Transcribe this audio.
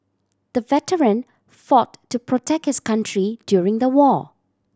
the veteran fought to protect his country during the war